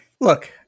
Look